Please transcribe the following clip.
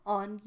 on